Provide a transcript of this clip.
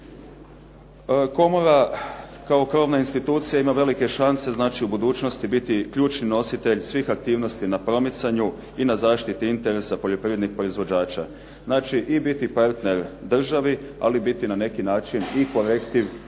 Komora kao krovna institucija ima velike šanse znači u budućnosti biti ključni nositelj na promicanju i na zaštiti interesa poljoprivrednih proizvođača. Znači i biti partner državi, ali biti na neki način i kolektiv u